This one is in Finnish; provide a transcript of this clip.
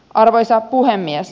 arvoisa puhemies